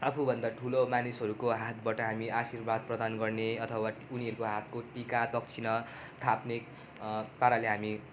आफूभन्दा ठुलो मानिसहरूको हातबाट हामी आशीर्वाद प्रदान गर्ने अथवा उनीहरूको हातको टिका दक्षिणा थाप्ने पाराले हामी